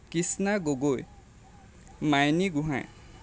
Krishna Gogoi Maini Gohain